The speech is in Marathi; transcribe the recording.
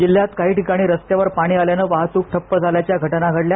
जिल्ह्यात काही ठिकाणी रस्त्यावर पाणी आल्यान वाहतूक ठप्प झाल्याच्या घटना घडल्या